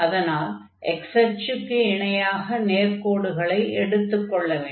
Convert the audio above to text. அதனால் x அச்சுக்கு இணையாக நேர்க்கோடுகளை எடுத்துக் கொள்ள வேண்டும்